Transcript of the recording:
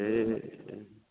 এই